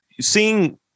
seeing